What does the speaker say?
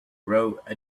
wrote